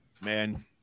man